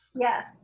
Yes